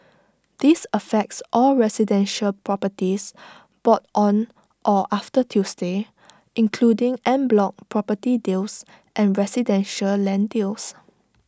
this affects all residential properties bought on or after Tuesday including en bloc property deals and residential land deals